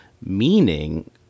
meaning